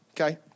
okay